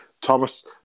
Thomas